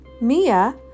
Mia